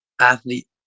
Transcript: athlete